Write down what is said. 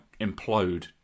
implode